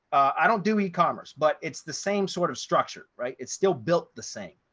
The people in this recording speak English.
i don't do e commerce, but it's the same sort of structure, right? it's still built the same.